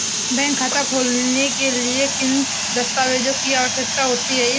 Bank खाता खोलने के लिए किन दस्तावेज़ों की आवश्यकता होती है?